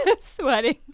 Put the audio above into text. sweating